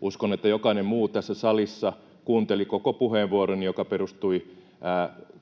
Uskon, että jokainen muu tässä salissa kuunteli koko puheenvuoron, joka perustui